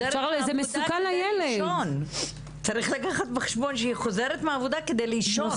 אז זה משהו שצריך לקחת בחשבון כדי לעזור לנו.